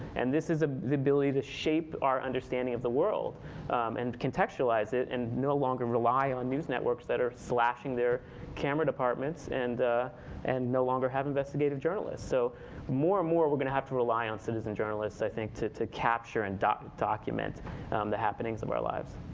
and this is ah the ability to shape our understanding of the world and contextualize it and no longer rely on news networks that are slashing their camera departments and and no longer have investigative journalists. so more and more we're going to have to rely on citizen journalists, i think, to to capture and document um the happenings of our lives.